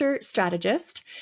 strategist